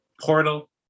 portal